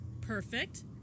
Perfect